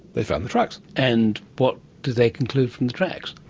they found the tracks. and what do they conclude from the tracks?